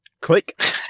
Click